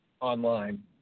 online